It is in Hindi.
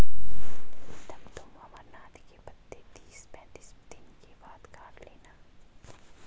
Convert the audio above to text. प्रीतम तुम अमरनाथ के पत्ते तीस पैंतीस दिन के बाद काट लेना